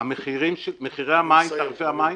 תעריפי המים